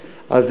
ב.